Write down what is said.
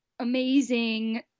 Amazing